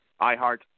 iheart